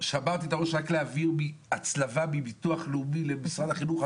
שברתי את הראש רק להעביר הצלבת נתונים מביטוח לאומי למשרד החינוך.